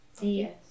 Yes